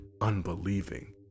unbelieving